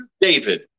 David